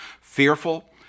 fearful